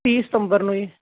ਤੀਹ ਸਤੰਬਰ ਨੂੰ ਜੀ